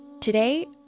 Today